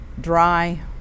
Dry